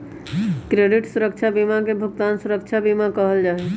credit सुरक्षा बीमा के भुगतान सुरक्षा बीमा भी कहल जा हई